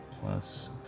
plus